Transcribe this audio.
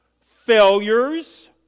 failures